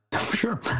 Sure